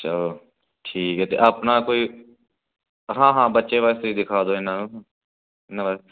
ਚਲੋ ਠੀਕ ਹੈ ਆਪਣਾ ਕੋਈ ਹਾਂ ਹਾਂ ਬੱਚੇ ਵਾਸਤੇ ਦਿਖਾ ਦਿਉ ਇਹਨਾਂ ਨੂੰ